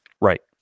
right